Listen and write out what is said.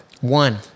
One